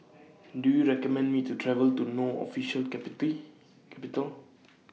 Do YOU recommend Me to travel to No Official Capital